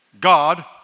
God